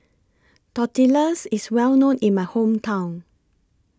Tortillas IS Well known in My Hometown